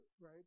right